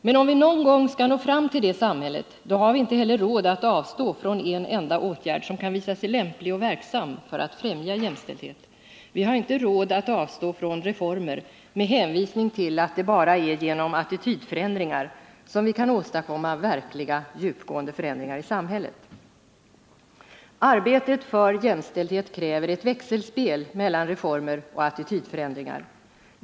Men om vi någon gång skall nå fram till det samhället, då har vi inte heller råd att avstå från en enda åtgärd, som kan visa sig lämplig och verksam för att främja jämställdhet. Vi har inte råd att avstå från reformer med hänvisning till att det bara är genom attitydförändringar som vi kan åstadkomma verkliga, djupgående förändringar i samhället. Arbetet för jämställdhet kräver ett växelspel mellan reformer och attitydförändringar.